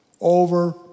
over